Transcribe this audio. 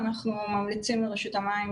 אנחנו ממליצים לרשות המים,